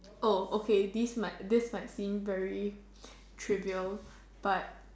oh okay these might this might seem very trivial but